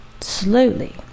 slowly